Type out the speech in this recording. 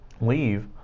leave